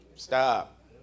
Stop